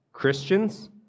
Christians